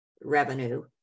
revenue